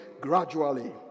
gradually